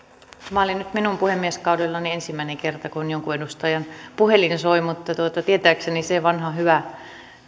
oli nyt minun puhemieskaudellani ensimmäinen kerta kun jonkun edustajan puhelin soi mutta tietääkseni se vanha hyvä